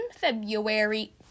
February